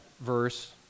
verse